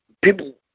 People